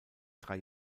drei